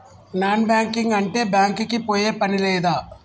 Non banking అంటే bank కి పోయే పని లేదా?